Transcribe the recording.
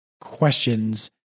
questions